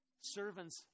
servants